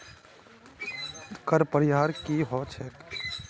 कर परिहार की ह छेक